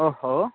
ओहो